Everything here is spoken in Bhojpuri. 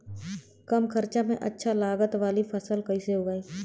कम खर्चा में अच्छा लागत वाली फसल कैसे उगाई?